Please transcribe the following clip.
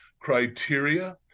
criteria